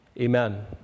Amen